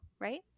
right